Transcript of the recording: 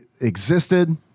existed